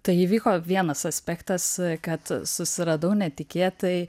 tai įvyko vienas aspektas kad susiradau netikėtai